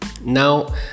Now